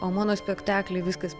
o mono spektakly viskas